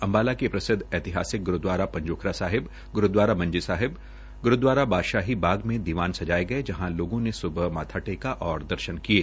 अम्बाला के प्रसिदव ऐतिहासिक ग्रूदवारा पंजोखरा साहिब ग्रूदवारा मंजी साहिब ग्रूद्वारा बादशाही बाग में दीवान सजायें गये जहां लोगों ने माथा टेका और दर्शन किये